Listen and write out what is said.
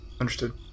understood